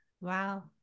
Wow